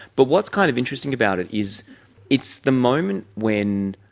but what's kind of interesting about it is it's the moment when,